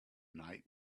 night